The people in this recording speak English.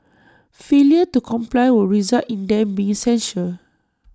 failure to comply would result in them being censured